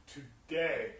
Today